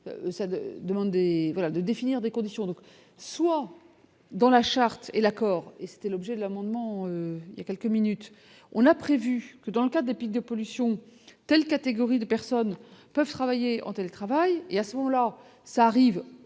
de définir des conditions donc, soit dans la charte et l'accord et c'était l'objet de l'amendement, il y a quelques minutes, on a prévu que dans le cas des pics de pollution telle catégorie de personnes peuvent travailler en télétravail et à ce moment-là, ça arrive,